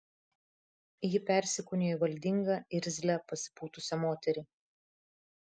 ji persikūnijo į valdingą irzlią pasipūtusią moterį